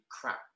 crap